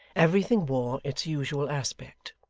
everything wore its usual aspect.